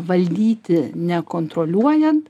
valdyti nekontroliuojant